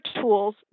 tools